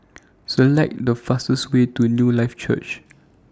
Select The fastest Way to Newlife Church